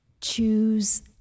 choose